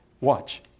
Watch